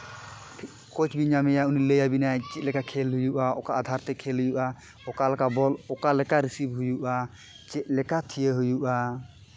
ᱠᱳᱪ ᱵᱤᱱ ᱧᱟᱢᱮᱭᱟ ᱩᱱᱤ ᱞᱟᱹᱭᱟᱹᱵᱤᱱᱟᱭ ᱪᱮᱫ ᱞᱮᱠᱟ ᱠᱷᱮᱞ ᱦᱩᱭᱩᱜᱼᱟ ᱚᱠᱟ ᱟᱫᱷᱟᱨᱛᱮ ᱠᱷᱮᱞ ᱦᱩᱭᱩᱜᱼᱟ ᱚᱠᱟ ᱞᱮᱠᱟ ᱵᱚᱞ ᱚᱠᱟ ᱞᱮᱠᱟ ᱨᱮᱥᱤᱵᱷ ᱦᱩᱭᱩᱜᱼᱟ ᱪᱮᱫ ᱞᱮᱠᱟ ᱛᱷᱟᱹᱭᱟ ᱦᱩᱭᱩᱜᱼᱟ